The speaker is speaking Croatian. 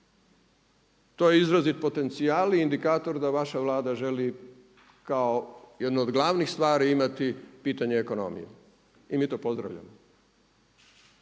To je izrazit potencijal i indikator da vaša Vlada želi kao jednu od važnih stvari imati pitanje ekonomije i mi to pozdravljamo.